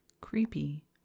Creepy